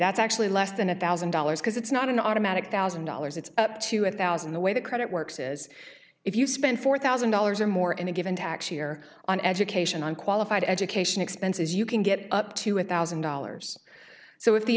that's actually less than a thousand dollars because it's not an automatic thousand dollars it's up to a thousand the way the credit works is if you spend four thousand dollars or more in a given tax year on education on qualified education expenses you can get up to one thousand dollars so if the